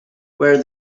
where